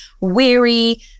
weary